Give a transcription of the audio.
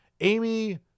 Amy